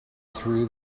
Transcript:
threw